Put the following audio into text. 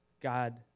God